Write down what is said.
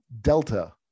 Delta